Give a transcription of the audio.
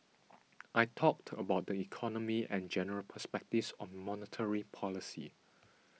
I talked about the economy and general perspectives on monetary policy